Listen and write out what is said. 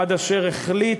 עד אשר החליט,